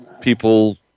people